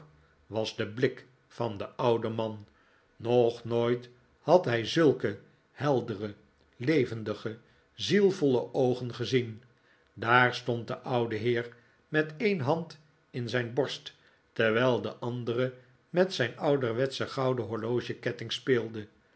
was de blik van den ouden man nog nooit had hij zulke heldere levendige zielvolle oogen gezien daar stond de oude heer met een hand in zijn borst terwijl de andere met zijn ouderwetschen gouden horlogeketting speelde